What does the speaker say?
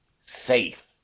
safe